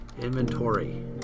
Inventory